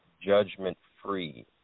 judgment-free